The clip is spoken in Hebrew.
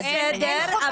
בסדר,